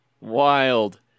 wild